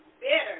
Bitter